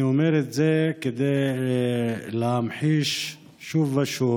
אני אומר את זה כדי להמחיש שוב ושוב